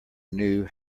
knew